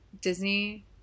disney